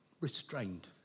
restrained